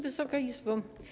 Wysoka Izbo!